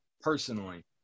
personally